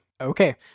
Okay